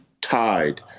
tied